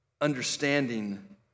understanding